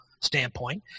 standpoint